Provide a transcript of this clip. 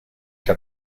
que